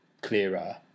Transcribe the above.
clearer